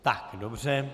Tak, dobře.